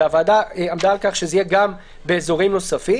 הוועדה עמדה על כך שזה יהיה גם באזורים נוספים,